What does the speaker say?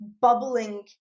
bubbling